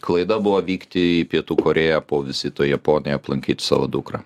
klaida buvo vykti į pietų korėją po vizito japonijoj aplankyti savo dukrą